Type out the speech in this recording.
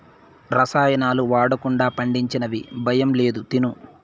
రసాయనాలు వాడకుండా పండించినవి భయం లేదు తిను